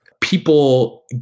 people